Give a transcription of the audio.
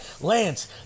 Lance